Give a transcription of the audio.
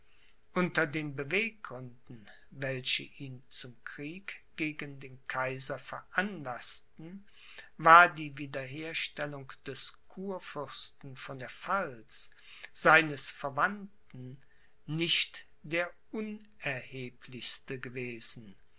unter den beweggründen welche ihn zum krieg gegen den kaiser veranlaßten war die wiederherstellung des kurfürsten von der pfalz seines verwandten nicht der unerheblichste gewesen